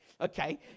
okay